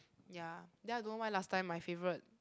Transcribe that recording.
ya then I don't know why last time my favourite